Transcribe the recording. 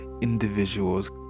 individuals